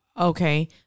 Okay